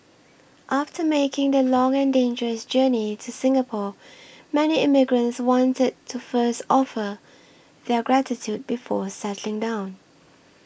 after making the long and dangerous journey to Singapore many immigrants wanted to first offer their gratitude before settling down